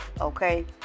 okay